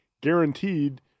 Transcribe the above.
guaranteed